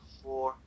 four